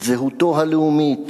את זהותו הלאומית,